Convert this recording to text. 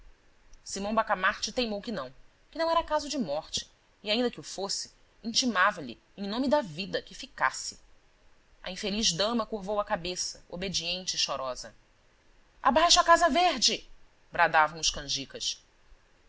simão bacamarte teimou que não que não era caso de morte e ainda que o fosse intimava lhe em nome da vida que ficasse a infeliz dama curvou a cabeça obediente e chorosa abaixo a casa verde bradavam os canjicas